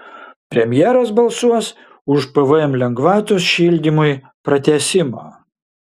premjeras balsuos už pvm lengvatos šildymui pratęsimą